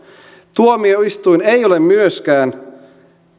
tuomioistuin ei ole myöskään